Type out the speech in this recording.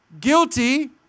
Guilty